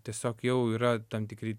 tiesiog jau yra tam tikri